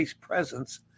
presence